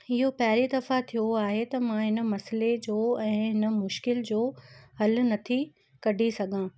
इहो पहिरीं दफ़ा थियो आहे त मां इन मसइले जो ऐं हिन मुश्किलु जो हल नथी कढी सघां